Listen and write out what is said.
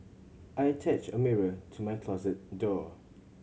I attached a mirror to my closet door